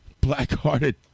black-hearted